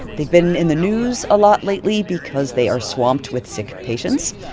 they've been in the news a lot lately because they are swamped with sick patients.